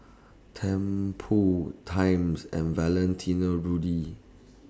Tempur Times and Valentino Rudy